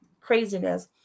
craziness